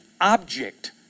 object